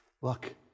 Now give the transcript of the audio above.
look